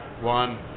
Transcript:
one